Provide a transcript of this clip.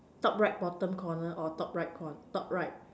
top right bottom corner or top right corn top right